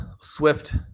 Swift